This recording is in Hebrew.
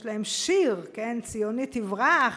יש להם שיר: ציוני תברח,